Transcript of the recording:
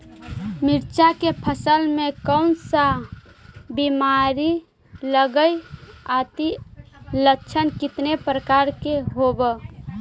मीरचा के फसल मे कोन सा बीमारी लगहय, अती लक्षण कितने प्रकार के होब?